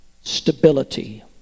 Stability